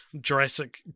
jurassic